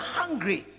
hungry